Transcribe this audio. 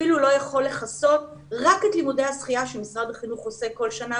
אפילו לא יכול לכסות רק את לימודי השחייה שמשרד החינוך עושה כל שנה,